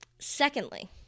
Secondly